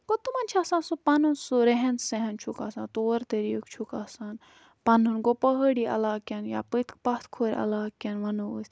گوٚو تِمَن چھِ آسان سُہ پَنُن سُہ رہن سہن چھُکھ آسان طور طٔریٖقہٕ چھُکھ آسان پَنُن گوٚو پہٲڑی علاقہٕ کٮ۪ن یا پَتھ کھورِ علاقہٕ کٮ۪ن وَنو أسۍ